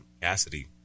Cassidy